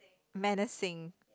menacing